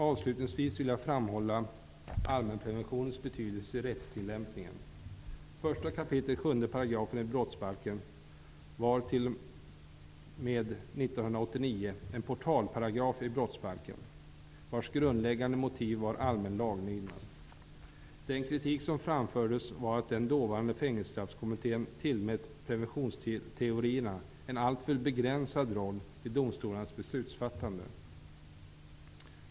Avslutningsvis vill jag framhålla allmänpreventionens betydelse i rättstillämpningen. 1 kap. 7 § brottsbalken var t.o.m. 1989 en portalparagraf, vars grundläggande motiv var allmän laglydnad. Den kritik som framfördes var att den dåvarande Fängelsestraffkommittén tillmätt preventionsteorierna en alltför begränsad roll vid domstolarnas beslutsfattande.